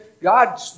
God